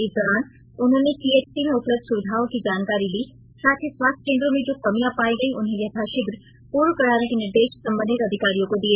इस दौरान उन्होंने सीएचसी में उपलब्ध सुविधाओं की जानकारी ली साथ ही स्वास्थ केंद्रों में जो कमियां पाई गई उन्हें यथाशीघ्र पूर्ण कराने के निर्देश संबंधित अधिकारियों को दिए